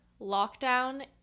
lockdown